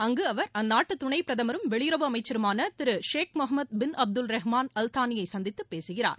அங்கு அவர் அந்நாட்டு துணைப் பிரதமரும் வெளியுறவு அமைச்சருமான திரு Sheikh Mohammed bin Abdul Rahman Al தானியை சந்தித்துப் பேசுகிறார்